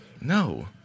No